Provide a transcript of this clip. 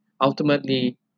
ultimately